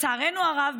לצערנו הרב,